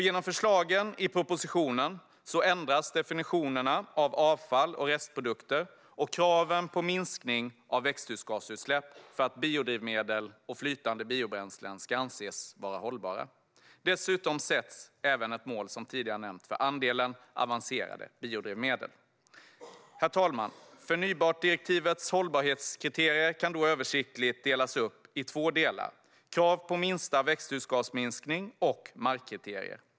Genom förslagen i propositionen ändras definitionerna av avfall och restprodukter och kraven på minskning av växthusgasutsläpp för att biodrivmedel och flytande biobränslen ska anses vara hållbara. Dessutom sätts, som nämnts tidigare, ett mål för andelen avancerade biodrivmedel. Herr talman! Förnybartdirektivets hållbarhetskriterier kan översiktligt delas upp i två delar, nämligen krav på minsta växthusgasminskning och markkriterier.